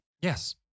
Yes